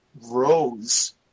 rose